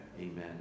Amen